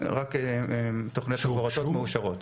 זה רק תוכניות מפורטות מאושרות.